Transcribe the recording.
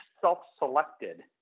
self-selected